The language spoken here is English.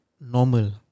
normal